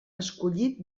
escollit